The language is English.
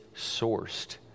sourced